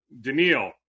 Daniil